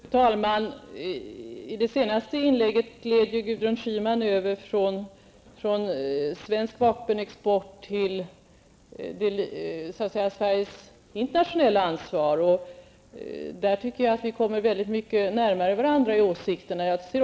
Fru talman! I det senaste inlägget gled Gudrun Schyman över från svensk vapenexport till Sveriges internationella ansvar, och därvidlag tycker jag att vi kommer varandra väldigt mycket närmare i åsikterna.